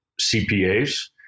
CPAs